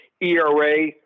ERA